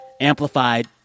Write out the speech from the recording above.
amplified